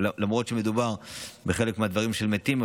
למרות שמדובר בחלק מהדברים של מתים,